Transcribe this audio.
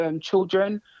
children